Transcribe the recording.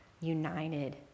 united